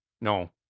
No